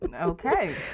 Okay